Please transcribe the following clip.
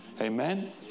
Amen